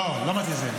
לא, לא, אמרתי את זה.